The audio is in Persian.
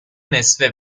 نصفه